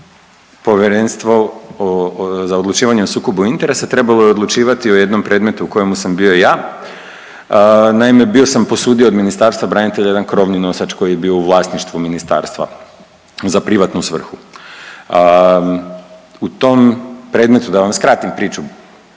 Povjerenstva za odlučivanje o sukobu interesa trebalo je odlučivati o jednom predmetu u kojemu sam bio ja, naime bio sam posudio od Ministarstva branitelja jedan krovni nosač koji je bio u vlasništvu ministarstva za privatnu svrhu. U tom predmetu, da vam skratim priču,